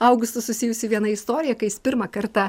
augustu susijusi viena istorija kai jis pirmą kartą